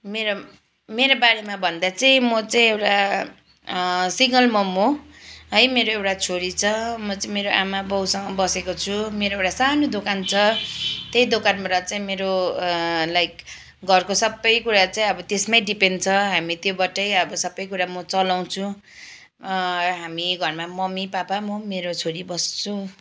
मेरो मेरो बारेमा भन्दा चाहिँ म चाहिँ एउटा सिङ्गल मम हो है मेरो एउटा छोरी छ म चाहिँ मेरो आमा बाउसँग बसेको छु मेरो एउरा सानु दोकान छ त्यही दोकानबाट चाहिँ मेरो लाइक घरको सबैकुरा चाहिँ अब त्यसमै डिपेन्ड छ हामी त्योबाटै सबै कुरा म चलाउँछु हामी घरमा मम्मी पापा म मेरो छोरी बस्छु